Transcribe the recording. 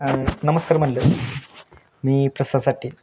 नमस्कार मंडळी मी प्रसाद साटे